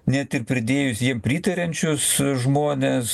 net ir pridėjus jiem pritariančius žmones